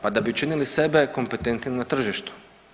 Pa da bi činili sebe kompetentnim na tržištu.